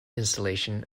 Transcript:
installation